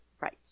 Right